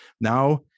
Now